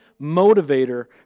motivator